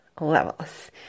levels